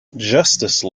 justice